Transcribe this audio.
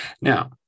Now